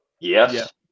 yes